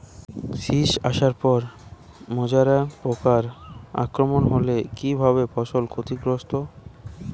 শীষ আসার পর মাজরা পোকার আক্রমণ হলে কী ভাবে ফসল ক্ষতিগ্রস্ত?